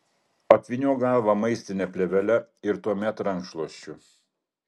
apvyniok galvą maistine plėvele ir tuomet rankšluosčiu